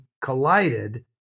collided